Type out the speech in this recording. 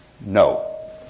No